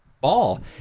ball